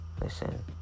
listen